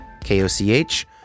K-O-C-H